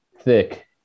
thick